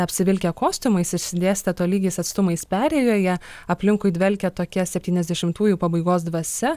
apsivilkę kostiumais išsidėstę tolygiai atstumais perėjoje aplinkui dvelkia tokia septyniasdešimtųjų pabaigos dvasia